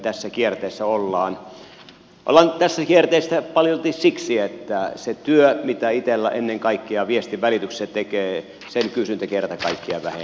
tässä kierteessä ollaan ollaan paljolti siksi että sen työn mitä itella ennen kaikkea viestinvälityksessä tekee kysyntä kerta kaikkiaan vähenee